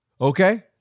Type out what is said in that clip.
okay